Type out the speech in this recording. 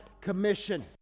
commission